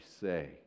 say